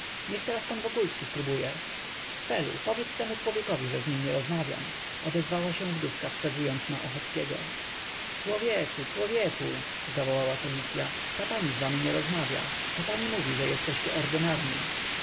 niech teraz pan wokulski spróbuje felu powiedz temu człowiekowi że z nim nie rozmawiam odezwała się wdówka wskazując na ochockiego człowieku człowieku zawołała felcia ta pani z wami nie rozmawia ta pani mówi że jesteście